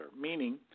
meaning